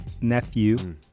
nephew